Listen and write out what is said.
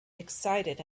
excited